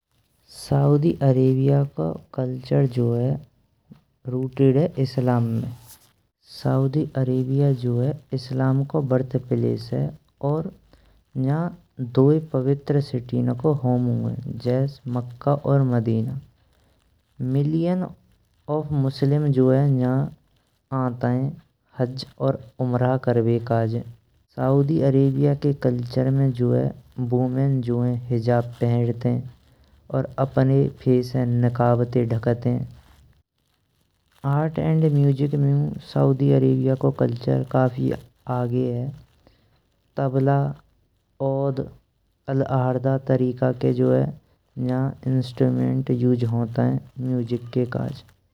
Saudi Arab को culture जो है रूटेड है इस्लाम में। सऊदी अरब जो है इस्लाम को बिरथ प्लेस है और नजा दोए पवित्र सिटी ना को होमू है। जैस मक्का और मदीना मिलियन ऑफ मुस्लिम आन्तायें। ऍनज हाज और उमराह करवें सऊदी अरबिया के कल्चर में जो है वीमेन जो हैं, हिजाब पहनती और अपने फेस्ये नकाब तें ढकते। आर्ट और म्यूजिक मेंयू सऊदी अरब को कल्चर काफी आगे है, तबला ओउद अल अर्धा तरीका के जो है इंस्ट्रुमेंट यूज़ होते म्यूजिक के काज।